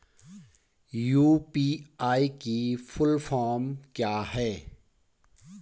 UPI की full form क्या है?